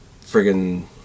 friggin